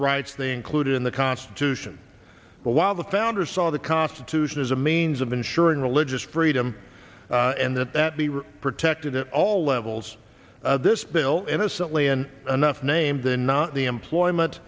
rights they included in the constitution but while the founders saw the constitution as a means of ensuring religious freedom and that that be protected at all levels this bill innocently and enough named the not the employment